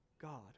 God